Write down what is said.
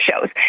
shows